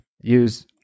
use